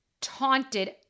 taunted